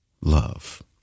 love